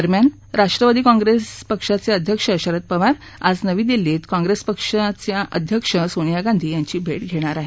दरम्यान राष्ट्रवादी काँग्रेस पक्षाचे अध्यक्ष शरद पवार हे आज नवी दिल्लीत काँग्रेस पक्ष अध्यक्ष सोनिया गांधी यांची भेट घेणार आहेत